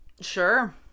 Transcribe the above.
Sure